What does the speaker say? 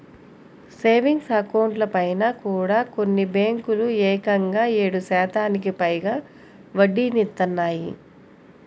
savings అకౌంట్లపైన కూడా కొన్ని బ్యేంకులు ఏకంగా ఏడు శాతానికి పైగా వడ్డీనిత్తన్నాయి